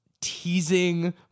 teasing